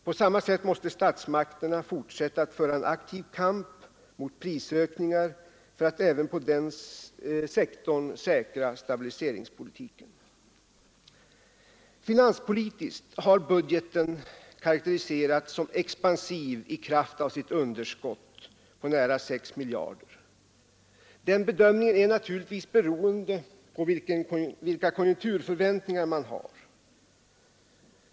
På samma sätt måste statsmakterna fortsätta att föra en aktiv kamp mot prisökningar för att även på den sektorn säkra stabiliseringspolitiken. Finanspolitiskt har budgeten karakteriserats som expansiv i kraft av sitt underskott på nära 6 miljarder kronor. Den bedömningen är naturligtvis beroende på vilka konjunkturförväntningar man har.